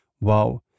wow